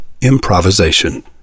improvisation